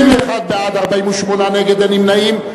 21 בעד, 48 נגד, אין נמנעים.